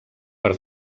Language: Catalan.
per